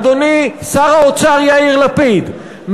אדוני שר האוצר יאיר לפיד,